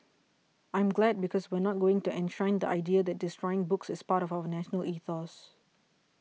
I'm glad because we're not going to enshrine the idea that destroying books is part of our national ethos